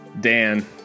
dan